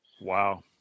Wow